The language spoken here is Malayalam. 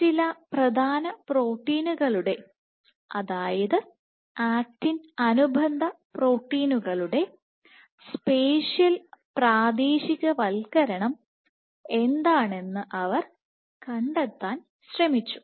ചില പ്രധാന പ്രോട്ടീനുകളുടെ അതായത് ആക്റ്റിൻ അനുബന്ധ പ്രോട്ടീനുകളുടെ സ്പേഷ്യൽ പ്രാദേശികവത്കരണം എന്താണെന്ന് അവർ കണ്ടെത്താൻ ശ്രമിച്ചു